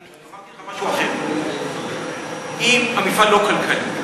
אני אמרתי לך משהו אחר: אם המפעל לא כלכלי,